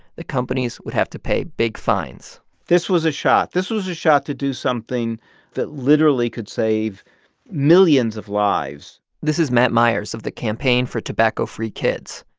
the companies would have to pay big fines this was a shot. this was a shot to do something that literally could save millions of lives this is matt myers of the campaign for tobacco-free kids.